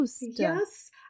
Yes